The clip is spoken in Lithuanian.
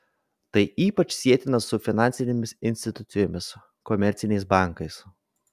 tai ypač sietina su finansinėmis institucijomis komerciniais bankais